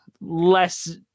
less